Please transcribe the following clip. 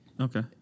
Okay